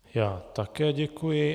Já také děkuji.